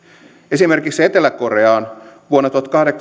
esimerkiksi etelä koreaan vuonna